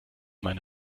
meine